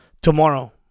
Tomorrow